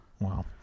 Wow